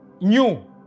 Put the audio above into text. new